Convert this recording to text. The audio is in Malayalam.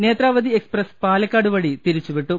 നേത്രാവതി എക്സ്പ്രസ് പാലക്കാട് വഴി തിരിച്ചുവിട്ടു